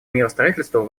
миростроительству